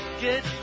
Get